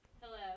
Hello